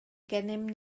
gennym